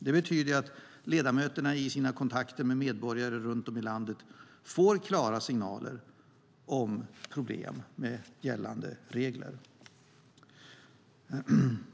Det betyder att ledamöterna i sina kontakter med medborgare runt om i landet får klara signaler om problem med gällande regler.